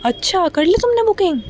اچھا کرلی تم نے بکنگ